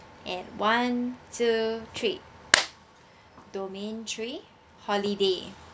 at one two three domain three holiday